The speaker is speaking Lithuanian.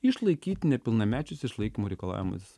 išlaikyti nepilnamečius išlaikymo reikalavimus